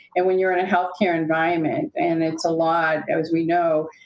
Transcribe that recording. and when you're in a health-care environment and it's a lot, as we know,